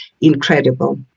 incredible